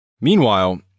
Meanwhile